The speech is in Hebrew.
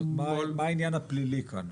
מה העניין הפלילי כאן.